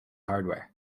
hardware